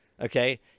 Okay